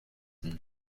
and